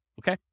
okay